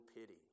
pity